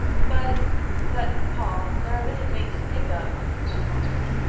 but but, paul, there are many things to think of, she faltered.